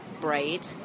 braid